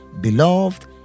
Beloved